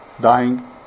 dying